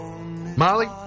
Molly